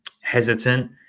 hesitant